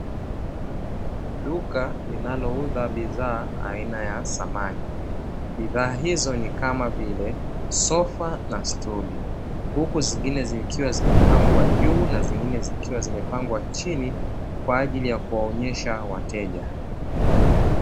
Duka linalouza bidhaa aina ya samani bidhaa hizo ni kama vile sofa na situli, huku zingine zikiwa zimepangwa juu na zingine zikiwa zimepangwa chini kwa ajili ya kuwaonyesha wateja.